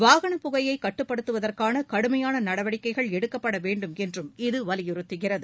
வாகன புகையை கட்டுப்படுத்துவதற்கான கடுமையான நடவடிக்கைகள் எடுக்கப்பட வேண்டும் என்றும் இது வலியுறுத்துகிறது